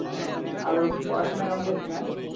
হুম হুম আর ও পড়াশোনা কেমন করছে ম্যাম